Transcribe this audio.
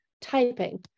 typing